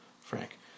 Frank